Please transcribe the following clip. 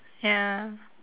ya